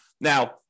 Now